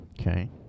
Okay